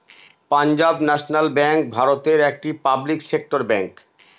Punjab National Bank ভারতের একটি public sector bank